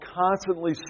constantly